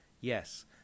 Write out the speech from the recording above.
Yes